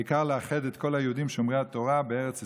העיקר לאחד את כל היהודים שומרי התורה בארץ ישראל,